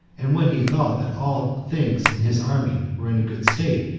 and when he thought that all things in his army were in a good state,